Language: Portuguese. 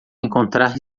encontrar